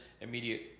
immediate